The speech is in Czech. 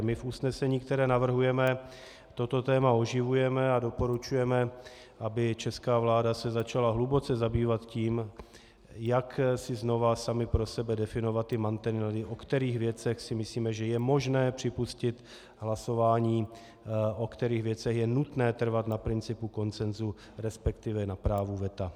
My v usnesení, které navrhujeme, toto téma oživujeme a doporučujeme, aby česká vláda se začala hluboce zabývat tím, jak si znova sami pro sebe definovat mantinely, o kterých věcech si myslíme, že je možné připustit hlasování, o kterých věcech je nutné trvat na principu konsenzu, resp. na právu veta.